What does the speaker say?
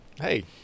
hey